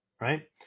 right